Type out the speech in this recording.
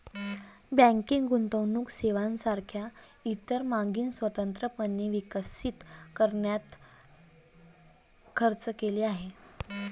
banking गुंतवणूक सेवांसारख्या इतर मार्गांनी स्वतंत्रपणे विकसित करण्यात खर्च केला आहे